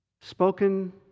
spoken